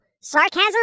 sarcasm